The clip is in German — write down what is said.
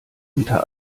unter